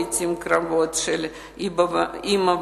לעתים קרובות, של אמא ואבא,